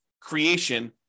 creation